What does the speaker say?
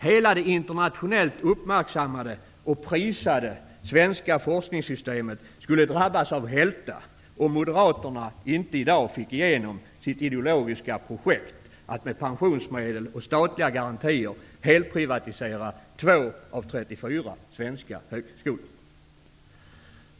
Hela det internationellt uppmärksammade och prisade svenska forskningssystemet skulle drabbas av hälta om inte Moderaterna i dag får igenom sitt ideologiska projekt att med pensionsmedel och statliga garantier helprivatisera två av trettiofyra svenska högskolor.